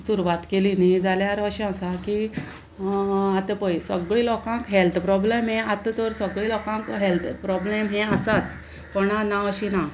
सुरवात केली न्ही जाल्यार अशें आसा की आतां पय सगळी लोकांक हेल्थ प्रोब्लेम हे आतां तर सगळी लोकांक हेल्थ प्रोब्लेम हे आसाच कोणा ना अशी ना